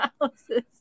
analysis